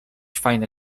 fajne